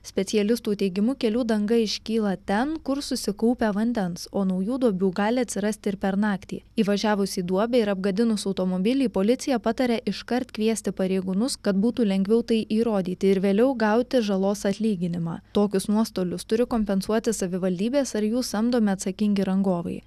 specialistų teigimu kelių danga iškyla ten kur susikaupia vandens o naujų duobių gali atsirasti ir per naktį įvažiavus į duobę ir apgadinus automobilį policija pataria iškart kviesti pareigūnus kad būtų lengviau tai įrodyti ir vėliau gauti žalos atlyginimą tokius nuostolius turi kompensuoti savivaldybės ar jų samdomi atsakingi rangovai